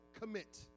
commit